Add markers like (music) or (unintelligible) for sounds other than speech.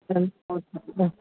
(unintelligible)